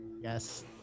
yes